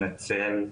אני מתנצל.